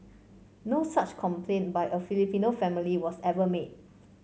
no such complaint by a Filipino family was ever made